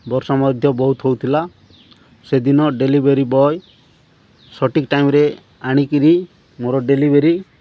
ବର୍ଷ ମଧ୍ୟ ବହୁତ ହେଉଥିଲା ସେଦିନ ଡେଲିଭରି ବଏ ସଠିକ୍ ଟାଇମ୍ରେ ଆଣିକିରି ମୋର ଡେଲିଭରି